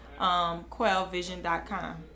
quellvision.com